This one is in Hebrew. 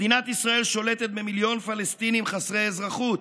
מדינת ישראל שולטת במיליון פלסטינים חסרי אזרחות.